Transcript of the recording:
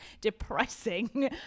depressing